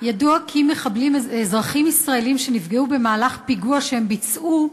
ידוע כי מחבלים אזרחים ישראלים שנפגעו במהלך פיגוע שהם ביצעו,